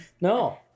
No